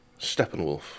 Steppenwolf